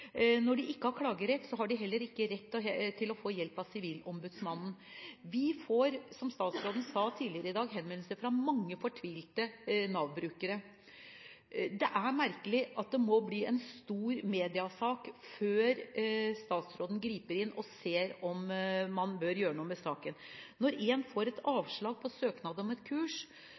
Når de ikke har klagerett, har de heller ikke rett til å få hjelp av Sivilombudsmannen. Vi får, som statsråden sa tidligere i dag, henvendelser fra mange fortvile Nav-brukere. Det er merkelig at det må bli en stor mediesak før statsråden griper inn og ser om man bør gjøre noe med saken. Når en får avslag på søknad om et kurs,